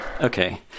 Okay